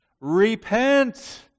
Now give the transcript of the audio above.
Repent